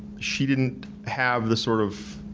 she didn't have the sort of,